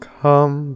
come